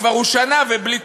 והוא כבר שנה ובלי תפקיד.